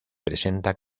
presenta